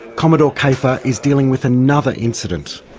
commodore kafer is dealing with another incident.